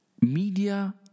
media